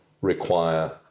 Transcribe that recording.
require